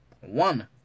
one